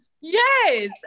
Yes